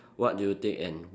what do you take and